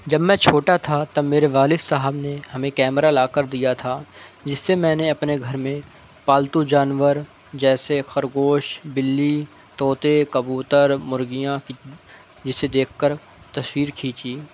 جب میں چھوٹا تھا تب میرے والد صاحب نے ہمیں کیمرہ لا کر دیا تھا جس سے میں نے اپنے گھر میں پالتو جانور جیسے خرگوش بلی طوطے کبوتر مرغیاں جسے دیکھ کر تصویر کھینچی